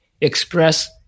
express